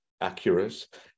accurate